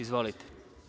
Izvolite.